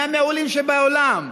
מהמעולים שבעולם,